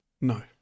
No